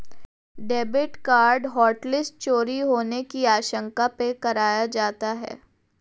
debit card hotlist चोरी होने की आशंका पर कराया जाता है